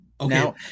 Okay